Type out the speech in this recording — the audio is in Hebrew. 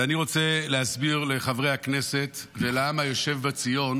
ואני רוצה להסביר לחברי הכנסת ולעם היושב בציון